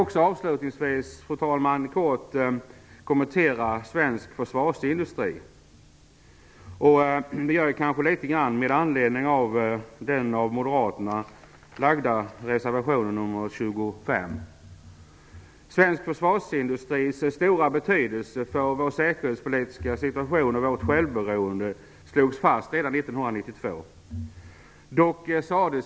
Jag vill avslutningsvis också kort kommentera frågan om den svenska försvarsindustrin med anledning av den av moderaterna avgivna reservationen nr 25. Svensk försvarsindustris stora betydelse för vår säkerhetspolitiska situation och vår självständighet slogs fast redan 1992.